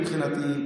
מבחינתי,